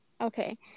okay